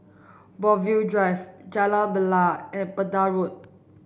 Brookvale Drive Jalan Bilal and Pender Road